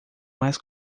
mais